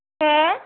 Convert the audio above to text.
हो